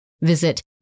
visit